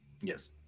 yes